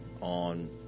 on